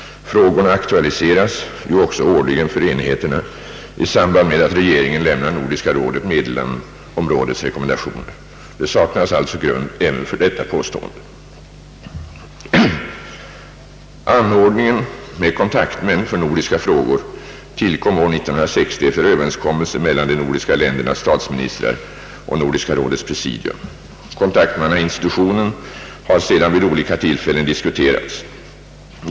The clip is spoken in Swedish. Frågorna aktualiseras ju också årligen för enheterna i samband med att regeringen lämnar Nordiska rådet meddelanden om rådets rekommendationer. Det saknas alltså grund även för detta påstående. Anordningen med kontaktmän för nordiska frågor tillkom år 1960 efter överenskommelse mellan de nordiska ländernas statsministrar och Nordiska rådets presidium. Kontaktmannainstitutionen har sedan vid olika tillfällen diskuterats vid överläggningar mellan presidiet och statsministrarna.